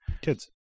kids